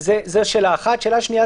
שאלה שנייה,